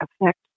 affect